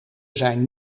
zijn